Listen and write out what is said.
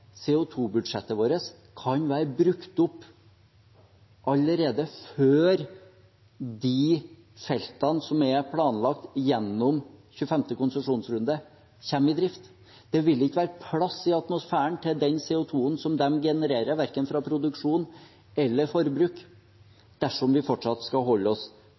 vårt kan være brukt opp allerede før de feltene som er planlagt gjennom 25. konsesjonsrunde, kommer i drift. Det vil ikke være plass i atmosfæren til den CO 2 -en som de genererer verken fra produksjon eller forbruk dersom vi fortsatt skal holde oss